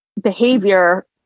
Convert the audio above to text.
behavior